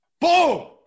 Boom